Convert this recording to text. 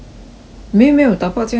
没没有 dao pok 今天 on leave